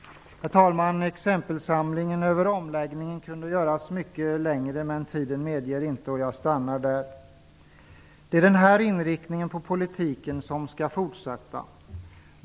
Herr talman! Exempelsamlingen över omläggningen kunde göras mycket längre, men tiden medger inte detta, och jag stannar därför vid detta. Det är den här inriktningen på politiken som skall fortsätta.